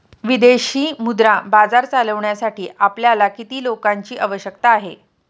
विदेशी मुद्रा बाजार चालविण्यासाठी आपल्याला किती लोकांची आवश्यकता आहे?